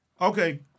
Okay